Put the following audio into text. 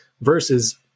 versus